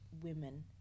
women